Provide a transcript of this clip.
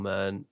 Man